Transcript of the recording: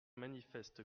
manifeste